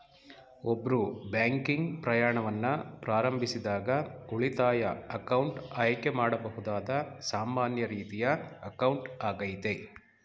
ಒಬ್ರು ಬ್ಯಾಂಕಿಂಗ್ ಪ್ರಯಾಣವನ್ನ ಪ್ರಾರಂಭಿಸಿದಾಗ ಉಳಿತಾಯ ಅಕೌಂಟ್ ಆಯ್ಕೆ ಮಾಡಬಹುದಾದ ಸಾಮಾನ್ಯ ರೀತಿಯ ಅಕೌಂಟ್ ಆಗೈತೆ